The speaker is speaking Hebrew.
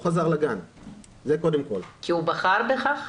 כי הוא בחר בכך?